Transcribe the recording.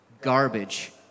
garbage